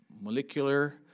Molecular